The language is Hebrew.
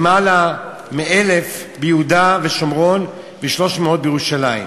כשלמעלה מ-1,000 ביהודה ושומרון ו-300 בירושלים.